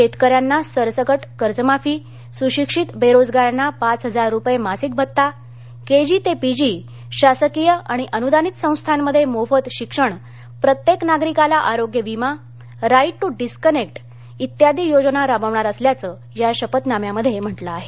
शेतकऱ्याना सरसकट कर्जमाफी सुशिक्षित बेरोजगारांना पाच हजार रुपये मासिक भत्ता केजी ते पीजी शासकीय आणि अनुदानित संस्थांमध्ये मोफत शिक्षण प्रत्येक नागरिकाला आरोग्य विमा राईट ट्र डिसकनेक्ट इत्यादी योजनांची राबविणार असल्याचं या शपथनाम्यामध्ये म्हटलं आहे